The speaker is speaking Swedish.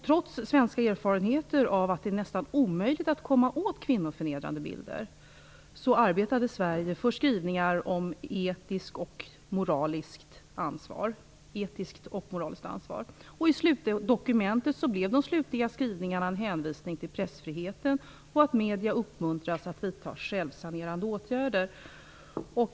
Trots svenska erfarenheter av att det är nästan omöjligt att komma åt kvinnoförnedrande bilder, arbetade Sverige för skrivningar om etiskt och moraliskt ansvar. I slutdokumentet blev de slutliga skrivningarna en hänvisning till pressfriheten och att medierna uppmanas att vidta självsanerande åtgärder.